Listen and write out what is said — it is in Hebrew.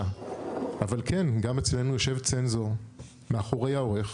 אבל כן, גם אצלנו יושב צנזור מאחורי העורך.